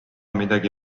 midagi